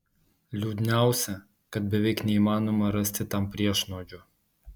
liūdniausia kad beveik neįmanoma rasti tam priešnuodžio